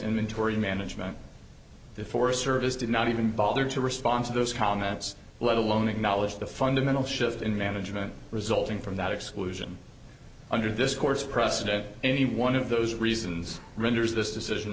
in tory management the forest service did not even bother to respond to those comments let alone acknowledge the fundamental shift in management resulting from that exclusion under this course precedent any one of those reasons renders this decision